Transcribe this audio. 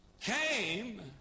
came